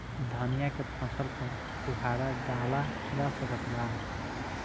धनिया के फसल पर फुहारा डाला जा सकत बा?